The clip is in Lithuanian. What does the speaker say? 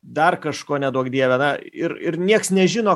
dar kažko neduok dieve na ir ir nieks nežino